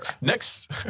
Next